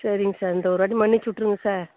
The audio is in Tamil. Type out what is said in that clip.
சரிங்க சார் இந்த ஒரு வாட்டி மன்னித்து விட்ருங்க சார்